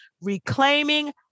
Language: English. Reclaiming